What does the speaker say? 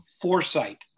foresight